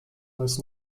heißt